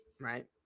right